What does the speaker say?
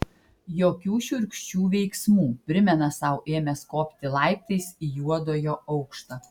jokių šiurkščių veiksmų primena sau ėmęs kopti laiptais į juodojo aukštą